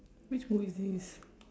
which movie is this